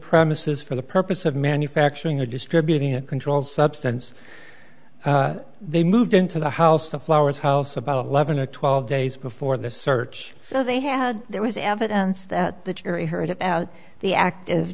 premises for the purpose of manufacturing of distributing a controlled substance they moved into the house to flowers house about eleven to twelve days before the search so they had there was evidence that the jury heard about the act